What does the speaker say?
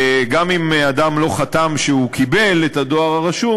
וגם אם אדם לא חתם שהוא קיבל את הדואר הרשום,